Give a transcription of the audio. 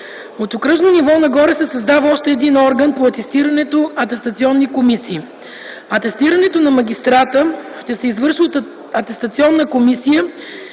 От окръжно ниво нагоре се създава още един орган по атестирането – атестационни комисии. Атестирането на магистрата ще се извършва от атестационна комисия